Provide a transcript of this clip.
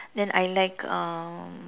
then I like um